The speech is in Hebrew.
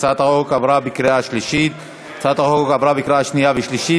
הצעת החוק עברה בקריאה שנייה ושלישית